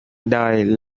đời